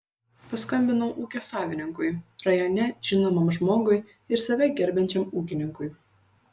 paskambinau ūkio savininkui rajone žinomam žmogui ir save gerbiančiam ūkininkui